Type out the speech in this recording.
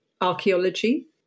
archaeology